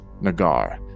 Nagar